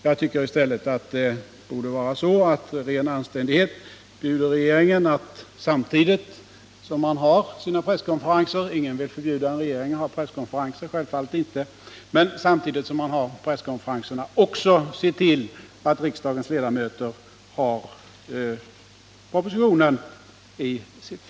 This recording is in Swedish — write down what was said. Jag tycker i stället att ren anständighet borde bjuda regeringen att se till att det samtidigt som den håller sina presskonferenser — och självfallet vill ingen förbjuda en regering att anordna sådana — också finns exemplar i ledamöternas fack av den proposition som det gäller.